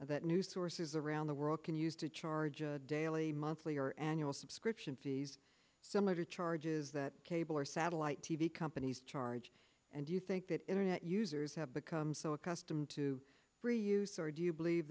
that new sources around the world can use to charge a daily monthly or annual subscription fees similar to charges that cable or satellite t v companies charge and you think that internet users have become so accustomed to reuse or do you believe